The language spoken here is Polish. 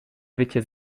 wycie